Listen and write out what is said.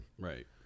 Right